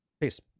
Peace